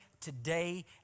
today